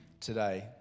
today